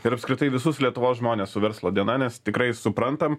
ir apskritai visus lietuvos žmones su verslo diena nes tikrai suprantam